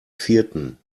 vierten